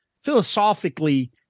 philosophically